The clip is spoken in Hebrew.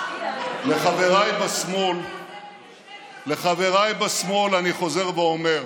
לחבריי בשמאל אני חוזר ואומר,